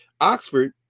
Oxford